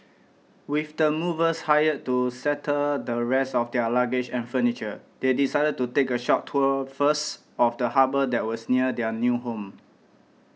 with the movers hired to settle the rest of their luggage and furniture they decided to take a short tour first of the harbour that was near their new home